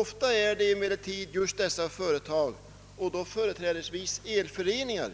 Ofta är det emellertid just dessa företag, företrädesvis elföreningar,